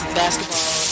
basketball